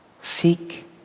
Seek